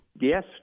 Yes